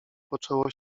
poczęło